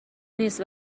نیست